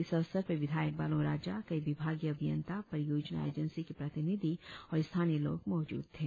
इस अवसर पर विधायक बालो राजा कई विभागीय अभियंता परियोजना एजेंसी के प्रतिनिधि और स्थानीय लोग मौजूद थे